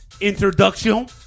introduction